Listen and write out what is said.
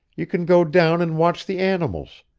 you can go down and watch the animals.